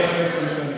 חבר הכנסת אמסלם.